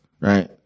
right